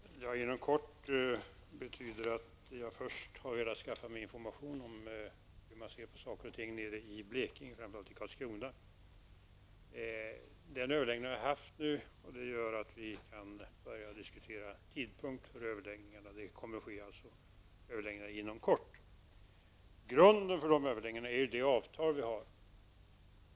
Fru talman! Rolf L Nilson undrade vad jag menade med ''inom kort''. Först vill jag skaffa mig information om hur man ser på saker och ting i Blekinge, framför allt i Karlskrona. Den informationen har jag fått nu. Det innebär att vi kan börja diskutera tidpunkt för överläggningarna. Överläggningar kommer äga rum inom kort. Grunden för de överläggningarna är det avtal vi har.